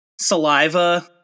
saliva